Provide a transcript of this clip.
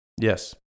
Yes